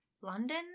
London